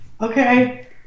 okay